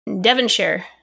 Devonshire